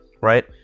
right